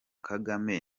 kagame